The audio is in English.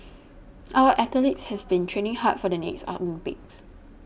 our athletes have been training hard for the next Olympics